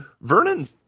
Vernon